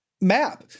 map